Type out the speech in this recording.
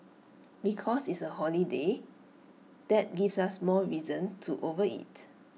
because it's A holiday that gives us more reason to overeat